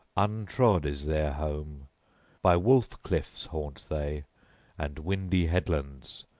untrod is their home by wolf-cliffs haunt they and windy headlands,